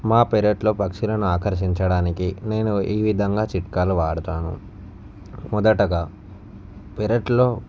మా పెరట్లో పక్షులను ఆకర్షించడానికి నేను ఈ విధంగా చిట్కాలు వాడతాను మొదటగా పెరట్లో